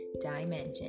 dimension